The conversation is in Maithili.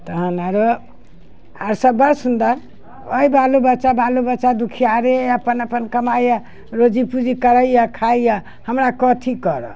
तहन आरो आर सभ बड़ सुन्दर अइ बालो बच्चा बालो बच्चा दुखियारे अइ अपन अपन कमाइए रोजी पूजी करैए खाइए हमरा कथी करत